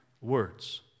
words